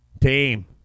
team